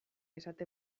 esate